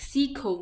सीखो